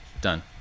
done